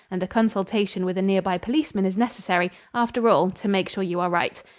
and a consultation with a nearby policeman is necessary, after all, to make sure you are right.